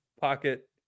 pocket